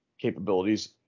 capabilities